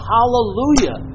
Hallelujah